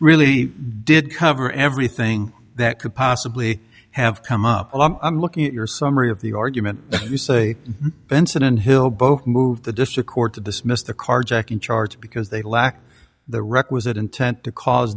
really did cover everything that could possibly have come up i'm looking at your summary of the argument you say benson and hill both move the district court to dismiss the carjacking charge because they lack the requisite intent to cause